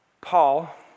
Paul